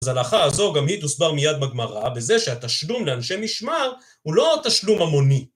אז הלכה הזו גם היא תוסבר מיד בגמרא, בזה שהתשלום לאנשי משמר הוא לא התשלום המוני.